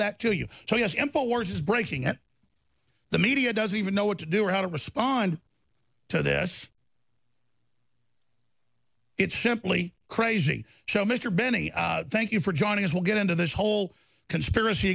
that to you so yes enforces breaking and the media doesn't even know what to do or how to respond to this it's simply crazy so mr binney thank you for joining us we'll get into this whole conspiracy